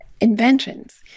inventions